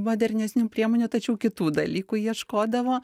modernesnių priemonių tačiau kitų dalykų ieškodavo